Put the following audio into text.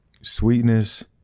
Sweetness